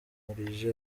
yankurije